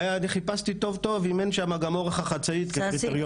הרי אני חיפשתי טוב טוב אם אין שם גם אורך החצאית בקריטריון.